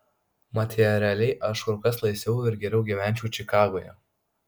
materialiai aš kur kas laisviau ir geriau gyvenčiau čikagoje